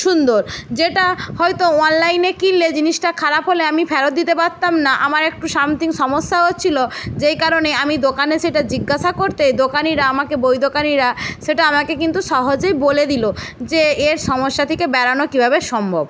সুন্দর যেটা হয়তো অনলাইনে কিনলে জিনিসটা খারাপ হলে আমি ফেরত দিতে পারতাম না আমার একটু সামথিং সমস্যা হচ্ছিলো যেই কারণে আমি দোকানে সেটা জিজ্ঞাসা করতেই দোকানিরা আমাকে বই দোকানিরা সেটা আমাকে কিন্তু সহজেই বলে দিল যে এর সমস্যা থেকে বেরোনো কীভাবে সম্ভব